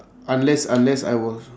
unless unless I was